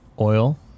oil